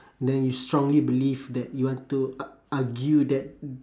then you strongly believe that you want to ar~ argue that